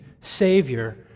Savior